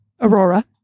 Aurora